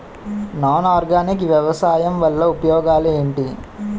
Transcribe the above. Non organic వ్యవసాయం వల్ల ఉపయోగాలు ఏంటీ?